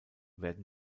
werden